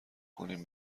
کنیم